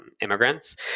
immigrants